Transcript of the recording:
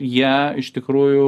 jie iš tikrųjų